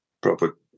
proper